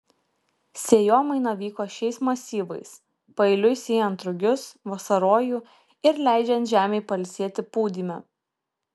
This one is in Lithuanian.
sėjomaina vyko šiais masyvais paeiliui sėjant rugius vasarojų ir leidžiant žemei pailsėti pūdyme